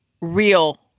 real